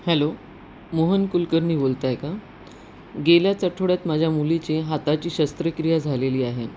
hello Mohan Kulkarni बोलताय का गेल्याच आठवड्यात माझ्या मुलीची हाताची शस्त्रक्रिया झालेली आहे